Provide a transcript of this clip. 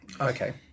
okay